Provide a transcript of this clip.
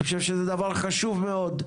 אני חושב שזה דבר חשוב מאוד,